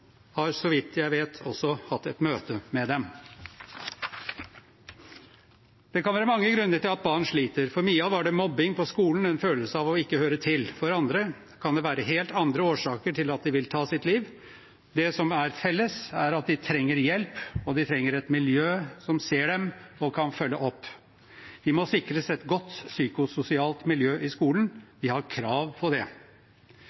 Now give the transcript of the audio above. har, så vidt jeg vet, også hatt et møte med dem. Det kan være mange grunner til at barn sliter. For Mia var det mobbing på skolen, en følelse av ikke å høre til, for andre kan det være helt andre årsaker til at de vil ta sitt liv. Det som er felles, er at de trenger hjelp, og de trenger et miljø som ser dem og kan følge opp. De må sikres et godt psykososialt miljø i skolen,